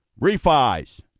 Refis